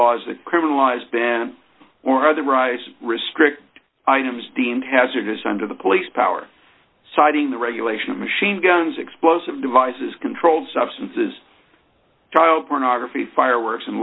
laws that criminalize ban or other rice restrict items deemed hazardous under the police powers citing the regulation of machine guns explosive devices controlled substances child pornography fireworks and